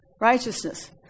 Righteousness